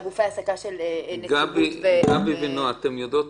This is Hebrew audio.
גבי ונועה, אתן יודעות